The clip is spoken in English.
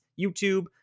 YouTube